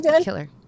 Killer